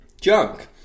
junk